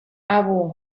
abu